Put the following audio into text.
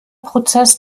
prozess